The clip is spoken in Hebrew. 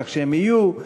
כך שהם יהיו.